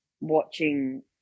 watching